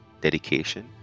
dedication